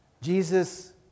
Jesus